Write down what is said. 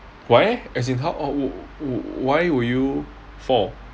why leh as in how wh~ why would you fall